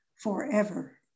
forever